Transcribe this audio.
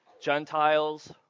Gentiles